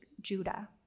Judah